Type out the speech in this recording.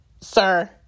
sir